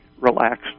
relaxed